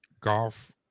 golf